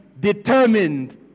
determined